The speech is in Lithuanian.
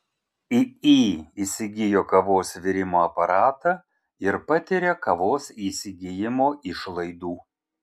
iį įsigijo kavos virimo aparatą ir patiria kavos įsigijimo išlaidų